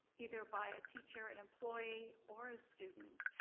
either by a teacher, an employee or a student,